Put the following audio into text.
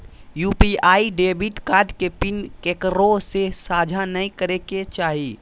UPI debit card के PIN केकरो से साझा नइ करे के चाही